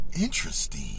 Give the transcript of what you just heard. Interesting